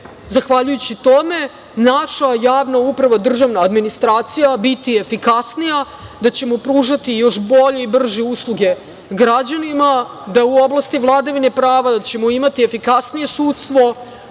zahvaljujući tome naša javna uprava, državna administracija biti efikasnija, da ćemo pružati još bolje i brže usluge građanima da ćemo u oblasti vladavine prava imati efikasnije sudstvo,